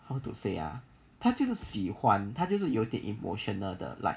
how to say ah 他就是喜欢他就是有点 emotional 的 like